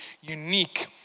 unique